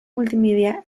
multimedia